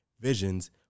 visions